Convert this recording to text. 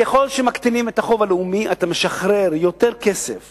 ככל שמקטינים את החוב הלאומי, אתה משחרר יותר כסף